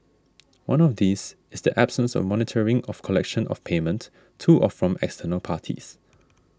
one of these is the absence of monitoring of collection of payment to or from external parties